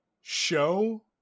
show